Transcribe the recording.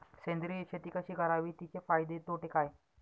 सेंद्रिय शेती कशी करावी? तिचे फायदे तोटे काय?